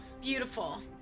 beautiful